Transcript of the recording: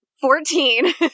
Fourteen